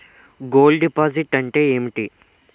Gold deposit అంతే ఎంటి?